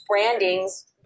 brandings